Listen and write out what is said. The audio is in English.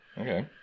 okay